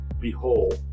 Behold